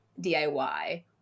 DIY